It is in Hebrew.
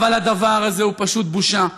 אבל הדבר הזה הוא פשוט בושה.